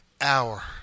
hour